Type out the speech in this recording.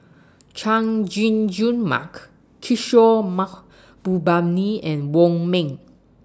Chay Jung Jun Mark Kishore Mahbubani and Wong Ming